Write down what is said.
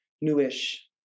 newish